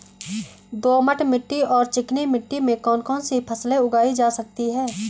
दोमट मिट्टी और चिकनी मिट्टी में कौन कौन सी फसलें उगाई जा सकती हैं?